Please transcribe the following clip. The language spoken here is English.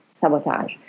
sabotage